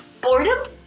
boredom